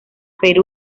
perú